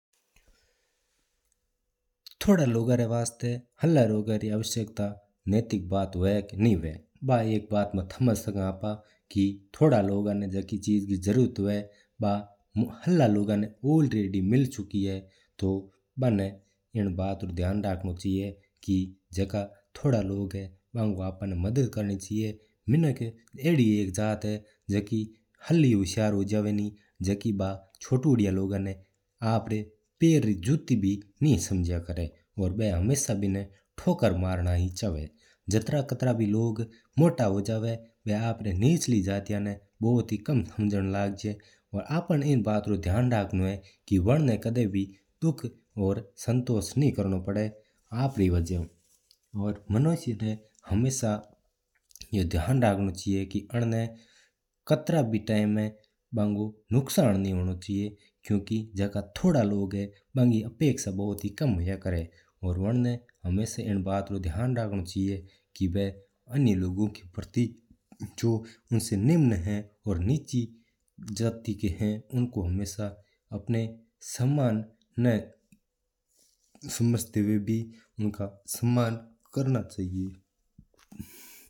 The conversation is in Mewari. थोड़ा लोगो री वास्ता हाला रोगा री आवश्यकता नाटिक बात हुआ है। बा एक बात समझ सका हा आपा की थोड़ा लोगा ना जकी जरुरत हुआ है बा हाला लोगा ना ऑलरेडी मिल चुकी है। बना अन्न बात रू ध्यान रखणो चाहिये की जका थोड़ा लोग है वांकी आपा ना मदद करनी चाहीये ओर्र मदद करो। अदि एक जात है जू हल्लि होशियारी देखावा नाई बा छोटुड़ा लोगो ना आपरी पीर री झूठी भी कोण समझा और बा हमेशा बिना ठोकर मारना हीं चाहा है। जता कतरा भी लोग मोटा हू जवा है वा आपरी निचली जातिया ना भूत हीं निच हम्जा आण लग जवा है। ओर्र आपा ना इन बात रू ध्यान रखणो चाहिये की वानाना कदि भी दुख नहि देणू चाईजा।